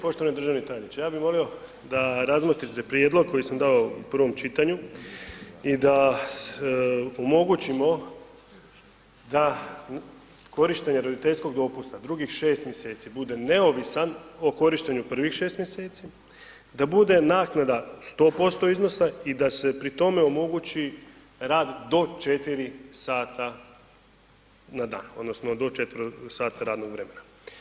Poštovani državni tajniče, ja bi volio da razmotrite prijedlog koji sam dao u prvom čitanju i da omogućimo da korištenje roditeljskog dopusta drugih 6 mj. bude neovisan o korištenju prvih 6 mj., da bude naknada 100% iznosa i da se pri tome omogući rad do 4 sata na dan odnosno do 4 sata radnog vremena.